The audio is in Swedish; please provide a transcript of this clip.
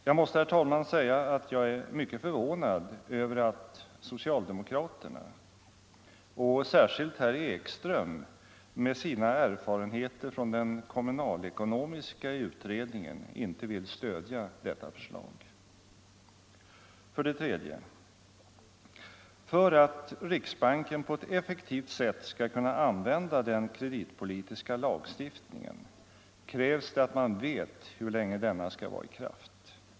Jag måste, herr talman, säga att jag är mycket förvånad över att socialdemokraterna, och särskilt herr Ekström med sina erfarenheter från den kommunalekonomiska utredningen, inte vill stödja detta förslag. 3. För att riksbanken på ett effektivt sätt skall kunna använda den kreditpolitiska lagstiftningen krävs det att man vet hur länge denna skall vara i kraft.